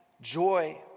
joy